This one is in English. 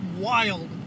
Wild